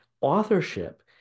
authorship